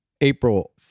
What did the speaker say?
April